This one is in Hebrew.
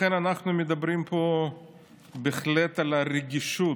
לכן אנחנו מדברים פה בהחלט על הרגישות,